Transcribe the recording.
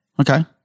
Okay